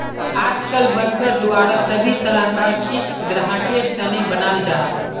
आजकल बनकर द्वारा सभी तरह कार क़िस्त ग्राहकेर तने बनाल जाहा